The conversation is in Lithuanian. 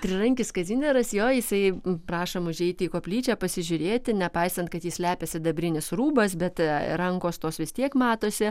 trirankis kazimieras jo jisai prašom užeiti į koplyčią pasižiūrėti nepaisant kad jį slepia sidabrinis rūbas bet rankos tos vis tiek matosi